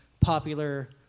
popular